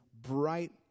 bright